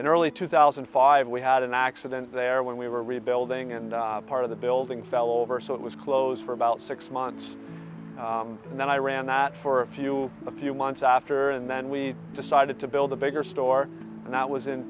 in early two thousand and five we had an accident there when we were rebuilding and part of the building fell over so it was closed for about six months and then i ran that for a few a few months after and then we decided to build a bigger store and that was in